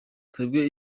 twebwe